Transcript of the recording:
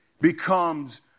becomes